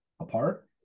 apart